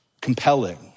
compelling